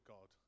God